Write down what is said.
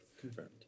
Confirmed